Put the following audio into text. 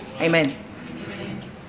Amen